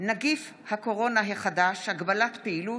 (נגיף הקורונה החדש, הגבלת פעילות),